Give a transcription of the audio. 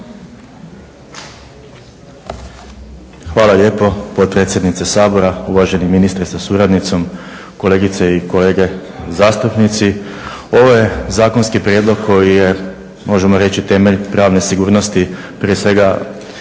Hvala lijepo potpredsjednice Sabora, uvaženi ministre sa suradnicom, kolegice i kolege zastupnici. Ovo je zakonski prijedlog koji je možemo reći temelj pravne sigurnosti prije svega